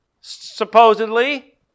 supposedly